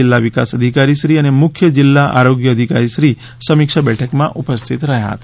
જિલ્લા વિકાસ આ બેઠકમાં અધિકારીશ્રી અને મુખ્ય જિલ્લા આરોગ્ય અધિકારીશ્રી સમીક્ષા બેઠકમાં ઉપસ્થિત રહ્યા હતા